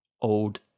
Old